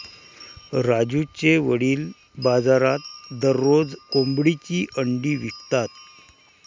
राजूचे वडील बाजारात दररोज कोंबडीची अंडी विकतात